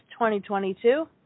2022